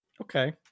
Okay